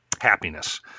happiness